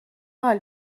حال